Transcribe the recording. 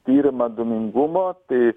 tyrimą dūmingumo tai